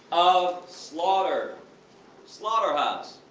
of. slaughter slaughterhouse.